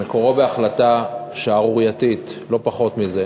מקורו בהחלטה שערורייתית, לא פחות מזה.